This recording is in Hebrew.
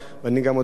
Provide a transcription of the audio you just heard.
אני גם מודה לך,